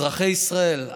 אזרחי ישראל,